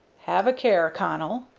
have a care, connell,